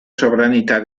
sovranità